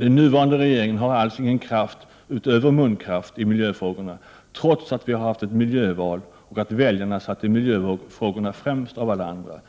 Den nuvarande regeringen har alls ingen kraft utöver munkraft i miljöfrågorna, trots att det har varit ett miljöval och att väljarna satte miljöfrågorna framför alla andra.